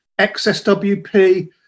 XSWP